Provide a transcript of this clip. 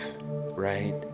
right